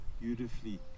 beautifully